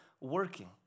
working